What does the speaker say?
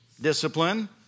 discipline